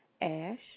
Ash